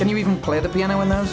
can you even play the piano in the